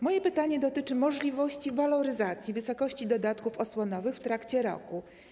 Moje pytanie dotyczy możliwości waloryzacji wysokości dodatków osłonowych w trakcie roku.